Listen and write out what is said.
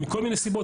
מכל מיני סיבות,